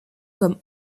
comme